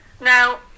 Now